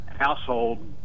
household